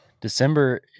December